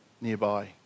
nearby